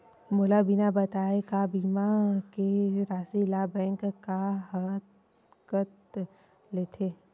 मोला बिना बताय का बीमा के राशि ला बैंक हा कत लेते का?